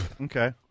Okay